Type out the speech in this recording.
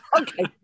Okay